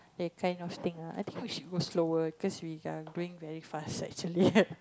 that kind of thing uh I think we should go slower cause we are doing very fast actually